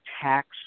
tax